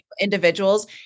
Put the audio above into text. individuals